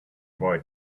boy